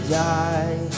die